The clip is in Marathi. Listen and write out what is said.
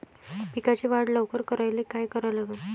पिकाची वाढ लवकर करायले काय करा लागन?